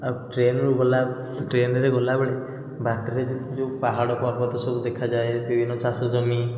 ଆଉ ଟ୍ରେନ୍ରୁ ଗଲା ଟ୍ରେନ୍ରେ ଗଲାବେଳେ ବାଟରେ ଯେଉଁ ଯେଉଁ ପାହାଡ଼ ପର୍ବତ ସବୁ ଦେଖାଯାଏ ବିଭିନ୍ନ ଚାଷ ଜମି